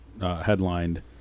headlined